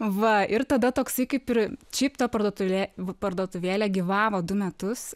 va ir tada toksai kaip ir šiaip ta parduotulė parduotuvėlė gyvavo du metus